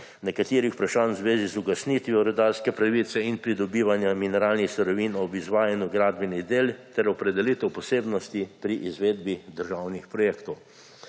nekaterih vprašanj v zvezi z ugasnitvijo rudarske pravice in pridobivanja mineralnih surovin ob izvajanju gradbenih del ter opredelitev posebnosti pri izvedbi državnih projektov.